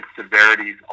severities